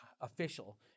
official